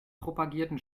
propagierten